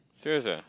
serious ah